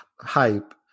hype